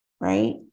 right